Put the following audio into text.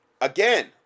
again